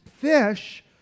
Fish